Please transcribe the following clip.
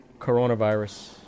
coronavirus